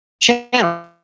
channel